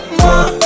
more